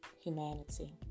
humanity